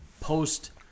post